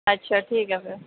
اچھا ٹھیک ہے پھر